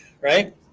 Right